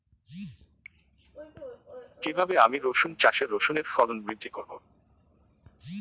কীভাবে আমি রসুন চাষে রসুনের ফলন বৃদ্ধি করব?